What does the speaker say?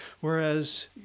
Whereas